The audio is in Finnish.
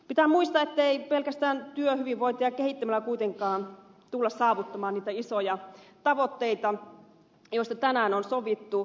pitää muistaa ettei pelkästään työhyvinvointia kehittämällä kuitenkaan tulla saavuttamaan niitä isoja tavoitteita joista tänään on sovittu